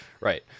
Right